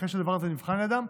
אחרי שהדבר הזה נבחן על ידם.